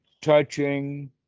touching